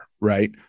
right